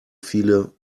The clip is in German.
viele